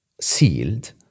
sealed